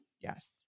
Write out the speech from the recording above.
yes